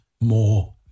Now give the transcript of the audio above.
more